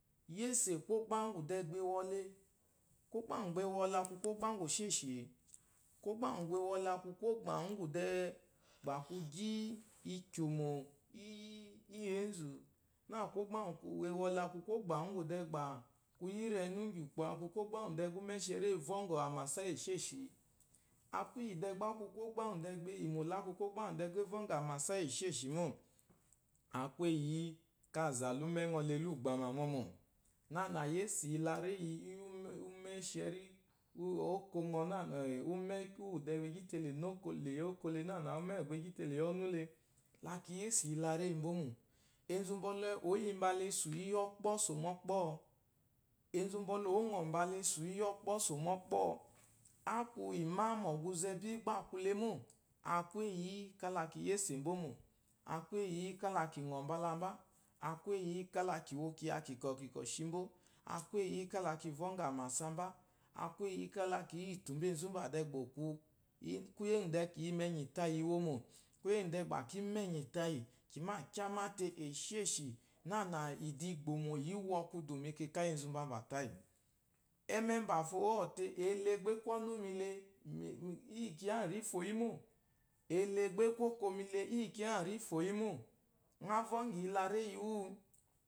Yésè kwɔ́gbà úŋgwù dɛɛ gbà e wɔ le, kwɔ́gbà úŋgwù gbà e wɔ le a kwu kwɔ́gbà úŋgwù èshêsshì? Kwɔ́gbà úŋgwù gbà e wɔ le a kwu kwɔ́gbà úŋgwù dɛɛ gbà kwu gyí ikyòmò íyì ěnzù? Nâ kwɔ́gbà úŋwù uwu e wɔ le a kwu kwɔ́gbà úŋgwù dɛɛ gbà kwu yí rɛnu ínŋgyì ùkpò, kwɔ́gbà dɛɛ gbà úmɛ́shɛrí e vɔ́ŋgɔ̀ àmàsa íyì èshêshì? A kwu íyì dɛɛ gbá a kwu kwɔ́gbà úŋgwù dɛɛ gbà e yimò le a kwu kwɔ́gbà úŋgwù dɛɛ gba é vɔ́ŋgɔ̀ àmàsa íyì èshêshì mô, a kwu éyi yí káa zà la úmɛ́ ŋɔ le lûgbàmà mɔmɔ̀. Nânà yésè iyelaréyi íyì úmɛ́ úwù gbà e gyí te le yi ɔ́nú le. La kì yésè iyilaréyi mbó mò. Enzu mbɔlɛ, enzu mbɔlɛ ǒ yi mbala sù íyì ɔ́kpɔ́ sò mɔ́kpɔ́ɔ? Enzu mbɔlɛ ǒ yi mbala sù íyì ɔ́kpɔ́ sò mɔ́kpɔ́ɔ? Enzu mbɔlɛ ǒ ŋɔ̀ mbala sù íyì ɔ́kpɔ́ sò mɔ́kpɔ́ɔ? Akwu ímá mɔgwuzɛ bí gbá a kwu le mô. A kwu éyi yí kála ki yésè mbó mò, a kwu éyi yí kála kì ŋɔ̀ mbala mbà, a kwu éyi yí kála kì wo kyiya kìkɔ̀ kìkɔ̀ shi mbó, a kwu éyi yí kála kì vɔ́ŋgɔ̀ àmàsa mbá, a kwu éyi yí kála kì yítù mbâ enzu bà dɛɛ gbà o kwu. kwúyè úŋwù dɛɛ kì yi mɛnyì tayì iwomò, kwúyè úŋwù dɛɛ gbá kì má ɛnyì tayì, kì mâ kyáá máte èshêshì nânà ìdìgbòmò ǐ wɔ kwudù mɛkà íyì enzù mbamba tàyì. Ɛ́mɛ́ mbàfo ɔ̂ te ele gbá é kwu ɔ́nú mi le, i yi rǐ fò yì mô, ele gbá é kwu óko mi le, i yi rǐ fò yì mô. Ŋ vɔ́ŋgɔ̀ iyilaréyi wú?